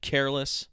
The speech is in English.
Careless